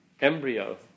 embryo